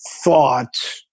thought